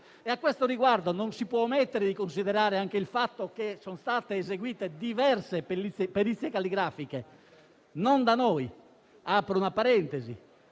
A questo riguardo non si può omettere di considerare anche il fatto che sono state eseguite diverse perizie calligrafiche, non da noi. Apro una parentesi: